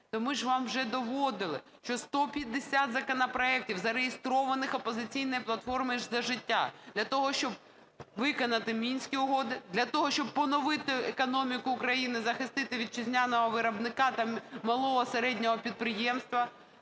то ми ж вам вже доводили, що 150 законопроектів зареєстрованих "Опозиційною платформою – За життя", для того щоб виконати Мінські угоди, для того щоб поновити економіку України, захистити вітчизняного виробника та малого, середнього підприємця.